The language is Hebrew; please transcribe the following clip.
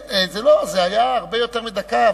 זה היה הרבה יותר מדקה,